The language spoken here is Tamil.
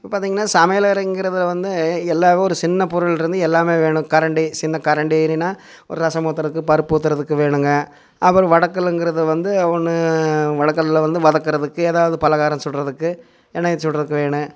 இப்போ பார்த்திங்கனா சமையறைங்குறதில் வந்து எல்லாவும் ஒரு சின்ன பொருள் இருந்து எல்லாமே வேணும் கரண்டி சின்ன கரண்டி இல்லைனா ஒரு ரசம் ஊத்துறதுக்கு பருப்பு ஊத்துறதுக்கு வேணுங்க அப்பறம் வடைக்குலங்குறது வந்து ஒன்று வடைக்கல்ல வந்து வதக்குறதுக்கு ஏதாவது பலகாரம் சுடுகிறதுக்கு எண்ணெயில சுட்றதுக்கு வேணும்